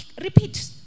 repeat